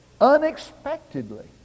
unexpectedly